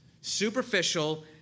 superficial